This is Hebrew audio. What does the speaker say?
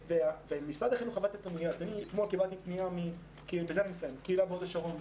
אתמול קיבלתי פנייה מקהילה בהוד השרון,